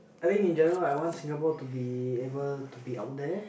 I think in general I want Singapore to be able to be out there